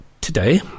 today